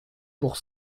pour